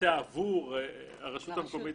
שמבצע עבור הרשות המקומית